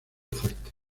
fuertes